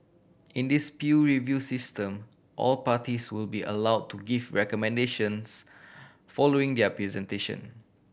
in this peer review system all parties will be allow to give recommendations following their presentation